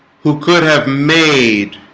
who could have made